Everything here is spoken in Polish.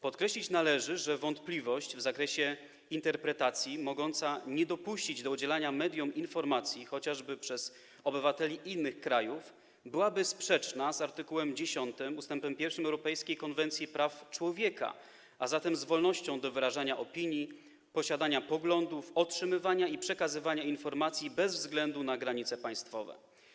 Podkreślić należy, że wątpliwość w zakresie interpretacji mogąca nie dopuścić do udzielania mediom informacji, chociażby przez obywateli innych krajów, byłaby sprzeczna z art. 10 ust. 1 europejskiej konwencji praw człowieka, a zatem z wolnością do wyrażania opinii, posiadania poglądów, otrzymywania i przekazywania informacji bez względu na granice państwowe.